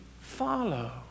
follow